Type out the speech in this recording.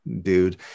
dude